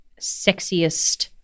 sexiest